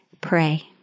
Pray